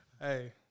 Hey